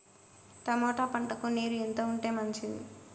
Tomato పంటకు నీరు ఎంత ఉంటే మంచిది?